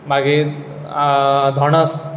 मागीर आं धोणस